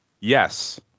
Yes